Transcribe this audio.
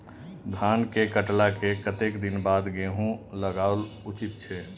धान के काटला के कतेक दिन बाद गैहूं लागाओल उचित छे?